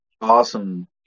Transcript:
Awesome